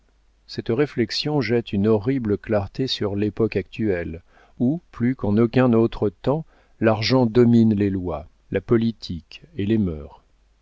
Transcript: cette réflexion jette une horrible clarté sur l'époque actuelle où plus qu'en aucun autre temps l'argent domine les lois la politique et les mœurs